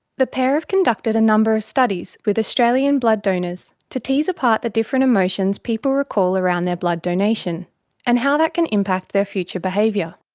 the pair have conducted a number of studies with australian blood donors, to tease apart the different emotions people recall around their blood donation and how that can impact their future behaviour.